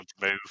Move